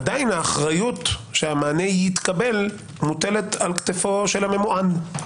עדיין האחריות שהמענה יתקבל מוטלת על כתפו של הממוען.